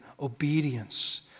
obedience